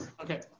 Okay